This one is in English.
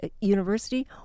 university